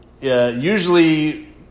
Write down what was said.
usually